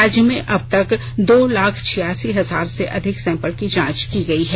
राज्य में अबतक दो लाख छियासी हजार से अधिक सैंपल की जांच की गई है